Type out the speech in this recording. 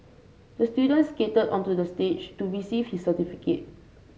the student skated onto the stage to receive his certificate